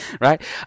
right